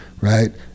right